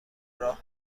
راه